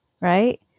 right